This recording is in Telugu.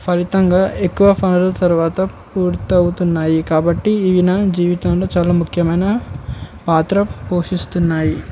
ఫలితంగా ఎక్కువ పనులు తరువాత పూర్తి అవుతున్నాయి కాబట్టి ఇవి నా జీవితంలో చాలా ముఖ్యమైన పాత్ర పోషిస్తున్నాయి